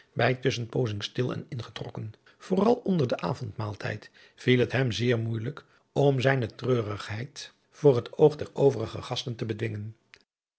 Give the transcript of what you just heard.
bij tusschenpoozing stil en ingetrokken vooral onder den avondmaaltijd viel het hem zeer moeijelijk om zijne treurigheid voor het oog der overige gasten te bedwingen